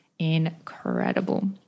incredible